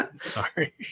Sorry